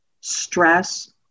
stress